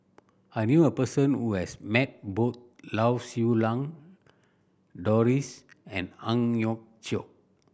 I knew a person who has met both Lau Siew Lang Doris and Ang Hiong Chiok